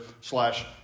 slash